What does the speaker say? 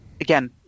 again